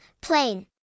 plane